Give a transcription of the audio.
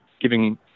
giving